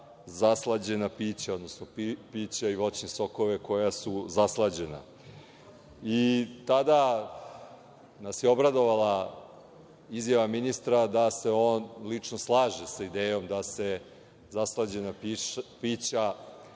zaslađena pića, odnosno pića i voćne sokove koji su zaslađeni. Tada nas je obradovala izjava ministra da se on lično slaže sa idejom da se zaslađena pića